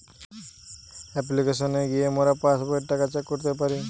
অপ্লিকেশনে গিয়ে মোরা পাস্ বইয়ের টাকা চেক করতে পারি